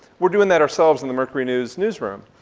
we're doing that ourselves in the mercury news newsroom.